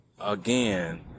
again